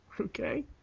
Okay